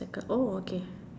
like a oh okay